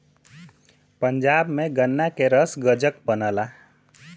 पंजाब में गन्ना के रस गजक बनला